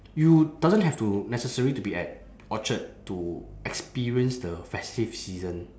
you doesn't have to necessary to be at orchard to experience the festive season